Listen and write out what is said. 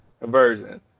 conversion